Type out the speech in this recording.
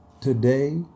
Today